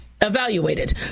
evaluated